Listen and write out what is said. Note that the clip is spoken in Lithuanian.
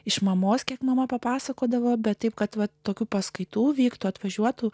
iš mamos kiek mama papasakodavo bet taip kad tokių paskaitų vyktų atvažiuotų